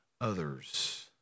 others